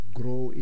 grow